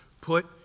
put